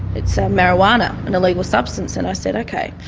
it's marijuana, an illegal substance', and i said, ok,